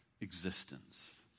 existence